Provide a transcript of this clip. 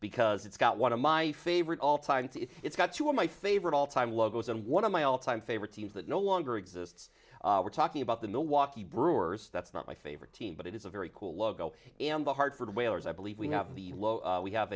because it's got one of my favorite all time to it's got two of my favorite all time logos and one of my all time favorite teams that no longer exists we're talking about the milwaukee brewers that's not my favorite team but it is a very cool logo and the hartford whalers i believe we have the lo we have